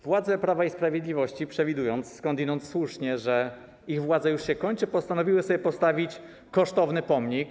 Władze Prawa i Sprawiedliwości przewidując, skądinąd słusznie, że ich władza już się kończy, postanowiły sobie postawić kosztowny pomnik.